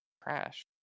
Crash